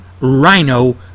Rhino